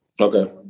Okay